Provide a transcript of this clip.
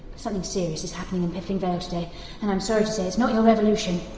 something serious is happening in piffling vale today and i'm sorry to say it's not your revolution.